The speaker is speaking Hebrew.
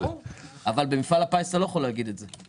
אבל במפעל הפיס אתה לא יכול להגיד את זה.